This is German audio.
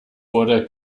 wurde